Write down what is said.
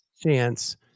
chance